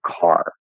car